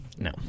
No